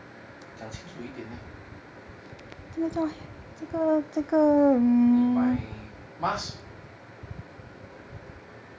讲清楚一点 leh 你买 mask